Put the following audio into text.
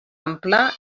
ampla